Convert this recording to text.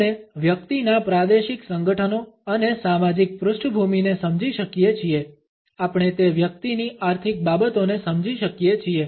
આપણે વ્યક્તિના પ્રાદેશિક સંગઠનો અને સામાજિક પૃષ્ઠભૂમિને સમજી શકીએ છીએ આપણે તે વ્યક્તિની આર્થિક બાબતોને સમજી શકીએ છીએ